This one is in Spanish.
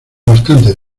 bastante